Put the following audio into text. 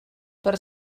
per